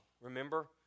Remember